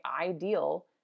ideal